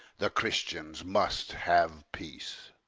the christians must have peace.